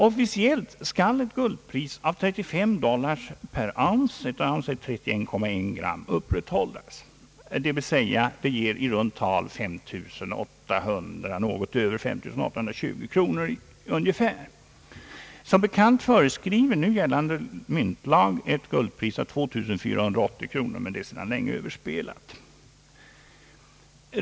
Officiellt skall ett guldpris av 35 dollar per ounce — ett ounce är 31,1 gram — upprätthållas. Det blir i runt tal 5 820 kronor per kg. Som bekant föreskriver nu gällande myntlag ett guldpris av 2480 kronor, men det är sedan länge överspelat.